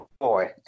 boy